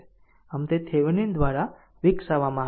આમ તે થેવીનિન દ્વારા વિકસાવવામાં આવી હતી